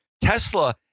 Tesla